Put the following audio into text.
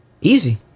Easy